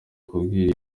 kubwira